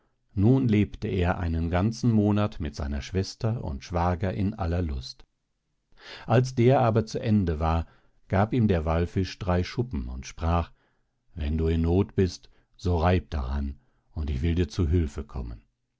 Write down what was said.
nun lebte er er einen ganzen monat mit seiner schwester und schwager in aller lust als der aber zu ende war gab ihm der wallfisch drei schuppen und sprach wenn du in noth bist so reib daran und ich will dir zu hülfe kommen